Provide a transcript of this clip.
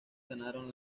ganaron